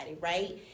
right